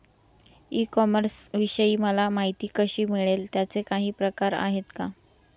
E कॉमर्सविषयी मला माहिती कशी मिळेल? त्याचे काही प्रकार आहेत का?